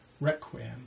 requiem